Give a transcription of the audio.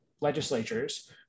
legislatures